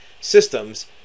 systems